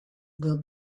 will